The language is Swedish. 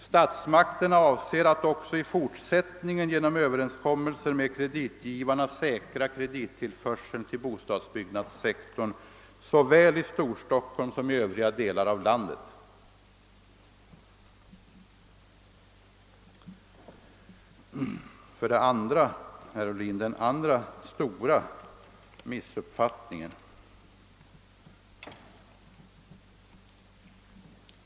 Statsmakterna avser att också i fortsättningen genom överenskommelser med kreditgivarna säkra kredittillförseln till bostadsbyggnadssektorn såväl i Storstockholm som i övriga delar av landet. Så till den andra stora missuppfattningen, herr Ohlin.